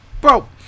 Bro